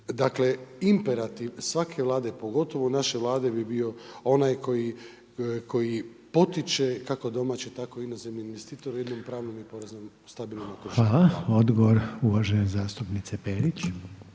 Dakle, imperativ svake Vlade, pogotovo naše Vlade bi bio onaj koji potiče kako domaće tako inozemne investitore u jednom pravnom i poreznom stabilnom okruženju. **Reiner,